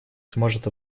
сможет